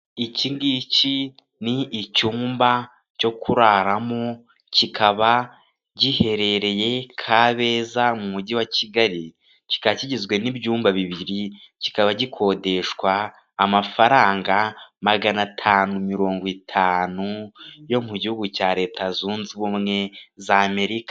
Ikigiki ni icyumba cyo kuraramo kikaba giherereye Kabeza mu mujyi wa Kigali kikaba kigizwe n'ibyumba bibiri kikaba gikodeshwa amafaranga magana atanu mirongo itanu yo mu gihugu cya leta zunze ubumwe za Amerika.